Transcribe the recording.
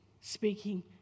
speaking